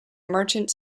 merchant